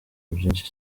byinshi